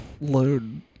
load